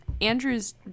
andrew's